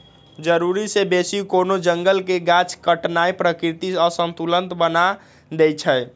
जरूरी से बेशी कोनो जंगल के गाछ काटनाइ प्राकृतिक असंतुलन बना देइछइ